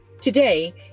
Today